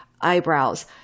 eyebrows